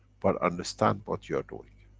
but understand what you are doing.